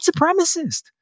supremacist